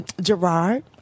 Gerard